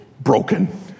broken